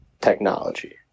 technology